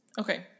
okay